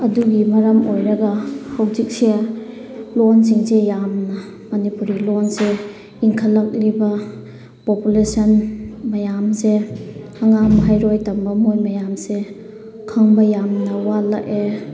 ꯑꯗꯨꯒꯤ ꯃꯔꯝ ꯑꯣꯏꯔꯒ ꯍꯧꯖꯤꯛꯁꯦ ꯂꯣꯟꯁꯤꯡꯁꯦ ꯌꯥꯝꯅ ꯃꯅꯤꯄꯨꯔꯤ ꯂꯣꯟꯁꯦ ꯏꯟꯈꯠꯂꯛꯂꯤꯕ ꯄꯣꯄꯨꯂꯦꯁꯟ ꯃꯌꯥꯝꯁꯦ ꯑꯉꯥꯡ ꯃꯍꯩꯔꯣꯏ ꯇꯝꯕ ꯃꯣꯏ ꯇꯝꯕ ꯃꯌꯥꯝꯁꯦ ꯈꯪꯕ ꯌꯥꯝꯅ ꯋꯥꯠꯂꯛꯑꯦ